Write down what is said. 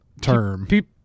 term